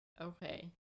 okay